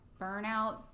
burnout